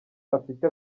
afite